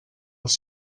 els